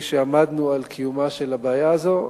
משעמדנו על קיומה של הבעיה הזאת,